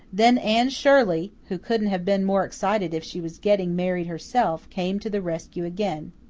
then anne shirley, who couldn't have been more excited if she was getting married herself, came to the rescue again.